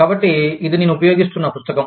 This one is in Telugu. కాబట్టి ఇది నేను ఉపయోగిస్తున్న పుస్తకం